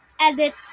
edit